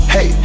Hey